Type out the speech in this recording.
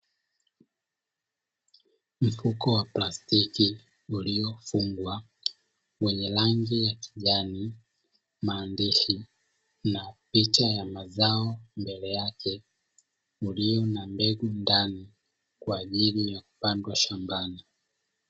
Mfuko wa plastiki uliofungwa wenye rangi ya kijani, maandishi na picha ya mazao mbele yake, ulio na mbegu ndani kwa ajili ya kupandwa shambani.